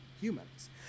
humans